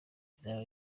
izaba